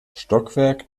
stockwerk